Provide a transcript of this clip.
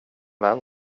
vän